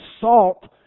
salt